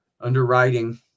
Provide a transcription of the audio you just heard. underwriting